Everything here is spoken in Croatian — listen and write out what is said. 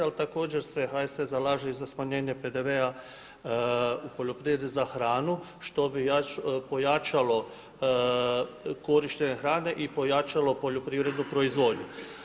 Ali također se HSS zalaže i za smanjenje PDV-a u poljoprivredi za hranu što bi pojačalo korištenje hrane i pojačalo poljoprivrednu proizvodnju.